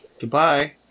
Goodbye